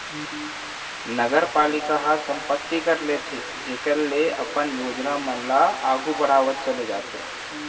नगरपालिका ह संपत्ति कर लेथे जेखर ले अपन योजना मन ल आघु बड़हावत चले जाथे